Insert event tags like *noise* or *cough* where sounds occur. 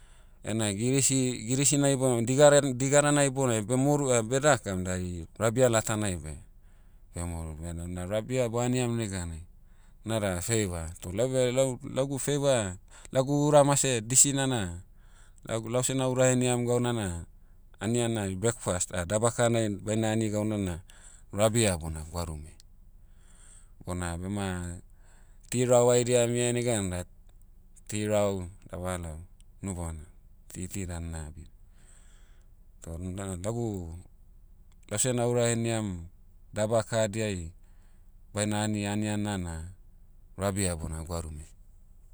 Ena girisi- girisina ibouna- digaran- digarana ibounai beh moru *hesitation* beh dakam dai, rabia latanai beh, beh moru. Bena na rabia bo'aniam neganai, nada feiva. Toh lau beh lau- lagu feiva, lagu uramase disina'na, lagu lau seh na'ura heniam gauna na, anian na ari breakfast *hesitation* daba kanai n- baina ani gauna na, rabia bona gwarume. Bona bema, tirau haidia mia neganai da, tirau, daba loa, unu baona, titi dan na'abim. Toh na lagu, lau seh na'ura heniam, daba kahadiai, baina ani anian'na na, rabia bona gwarume.